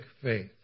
faith